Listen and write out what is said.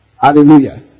Hallelujah